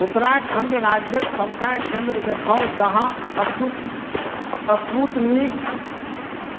उत्तराखण्ड राज्यके सबटा केन्द्र देखाउ जहाँ स्तूप स्पूतनिक